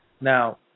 Now